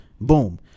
Boom